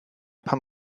pam